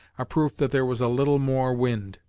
a proof that there was a little more wind.